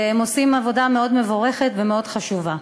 הם עושים עבודה מאוד מבורכת ומאוד חשובה.